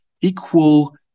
equal